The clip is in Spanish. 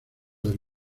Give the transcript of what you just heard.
del